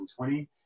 2020